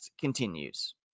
continues